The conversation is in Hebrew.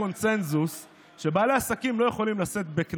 שהתייחס לחובת הנגישות של בעלי עסקים קטנים